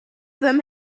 them